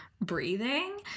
breathing